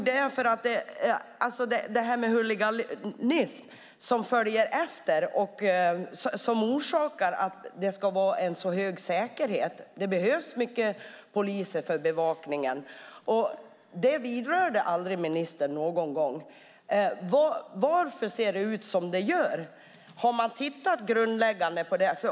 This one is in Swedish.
Det här med huliganism, som är orsaken till att det krävs en så hög säkerhet och behövs mycket poliser för bevakningen, berörde ministern inte någon gång. Varför ser det ut som det gör? Har man tittat grundligt på det?